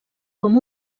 com